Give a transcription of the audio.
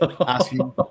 asking